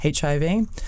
HIV